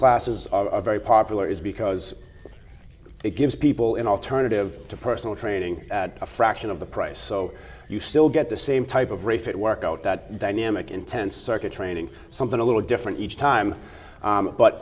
classes are a very popular is because it gives people an alternative to personal training at a fraction of the price so you still get the same type of refit workout that dynamic intense circuit training something a little different each time